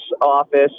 office